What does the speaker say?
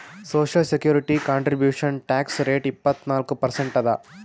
social security contribution tax rate ಇಪ್ಪತ್ನಾಲ್ಕು percent ಅದ